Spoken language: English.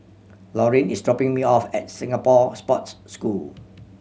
Lorean is dropping me off at Singapore Sports School